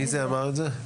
מי אמר את זה?